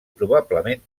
probablement